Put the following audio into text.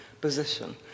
position